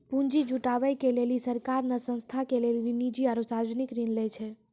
पुन्जी जुटावे के लेली सरकार ने संस्था के लेली निजी आरू सर्वजनिक ऋण लै छै